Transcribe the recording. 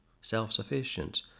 self-sufficient